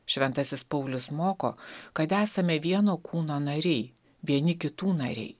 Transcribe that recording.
šventasis paulius moko kad esame vieno kūno nariai vieni kitų nariai